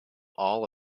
all